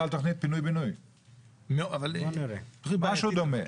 זה משהו דומה.